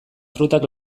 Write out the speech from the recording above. frutak